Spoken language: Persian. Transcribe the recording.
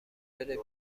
بره